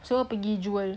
semua pergi jewel